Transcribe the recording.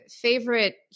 favorite